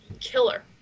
killer